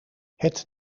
het